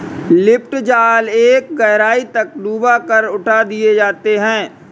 lift जाल एक गहराई तक डूबा कर उठा दिए जाते हैं